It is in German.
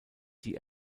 die